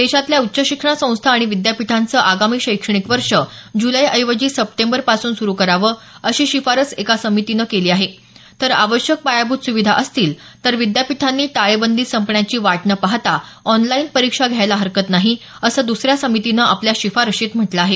देशातल्या उच्च शिक्षण संस्था आणि विद्यापीठांचं आगामी शैक्षणिक वर्ष जुलै ऐवजी सप्टेंबर पासून सुरु करावं अशी शिफारस एका समितीनं केली आहे तर आवश्यक पायाभूत सुविधा असतील तर विद्यापीठांनी टाळेबंदी संपण्याची वाट न पाहता ऑनलाईन परीक्षा घ्यायला हरकत नाही असं दुसऱ्या समितीनं आपल्या शिफारशीत म्हटलं आहे